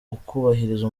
ukubahiriza